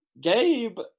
Gabe